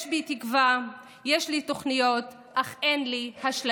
יש בי תקווה, יש לי תוכניות, אך אין לי אשליות.